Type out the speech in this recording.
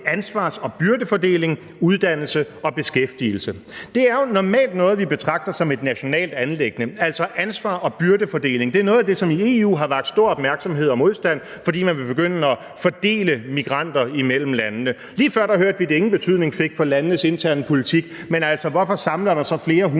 ansvar og byrdefordeling, uddannelse og beskæftigelse. Det er jo normalt noget, som vi betragter som et nationalt anliggende, altså ansvar og byrdefordeling. Det er noget af det, som i EU har vakt stor opmærksomhed og modstand, fordi man vil begynde at fordele migranter imellem landene. Lige før hørte vi, at det ingen betydning fik for landenes interne politik, men hvorfor samler der sig så flere hundrede,